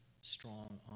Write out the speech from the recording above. strong